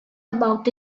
about